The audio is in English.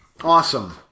Awesome